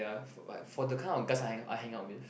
ya f~ but f~ for the kind of guys I hang ou~ i hang out with